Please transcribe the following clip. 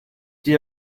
die